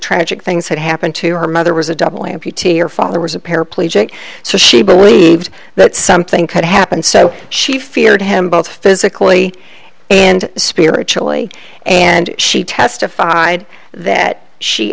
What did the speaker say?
tragic things had happened to her mother was a double amputee your father was a paraplegic so she believed that something could happen so she feared him both physically and spiritually and she testified that she